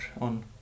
on